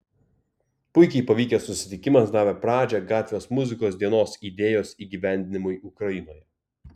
puikiai pavykęs susitikimas davė pradžią gatvės muzikos dienos idėjos įgyvendinimui ukrainoje